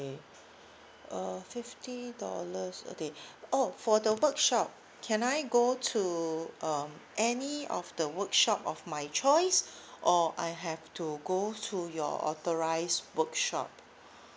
uh fifty dollars okay oh for the workshop can I go to um any of the workshop of my choice or I have to go to your authorised workshop